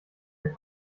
der